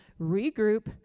regroup